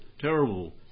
terrible